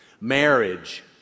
marriage